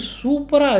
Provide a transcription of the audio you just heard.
super